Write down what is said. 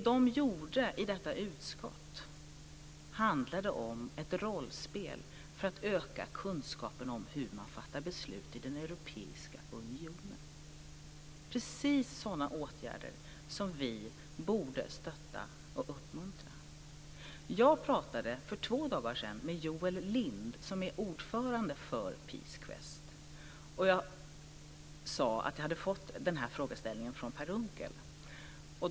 Vad man gjorde i detta utskott handlade om ett rollspel för att öka kunskapen om hur beslut fattas i den europeiska unionen - precis sådana åtgärder som vi borde stötta och uppmuntra. För två dagar sedan talade jag med Joel Lind som är ordförande i Peace Quest. Jag sade då att jag hade fått den här frågan från Per Unckel.